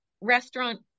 restaurant